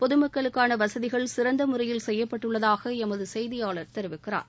பொது மக்களுக்கான வசதிகள் சிறந்த முறையில் செய்யப்பட்டுள்ளதாக எமது செய்தியாளர் தெரிவிக்கிறார்